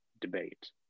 debate